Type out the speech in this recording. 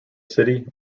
city